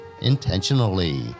intentionally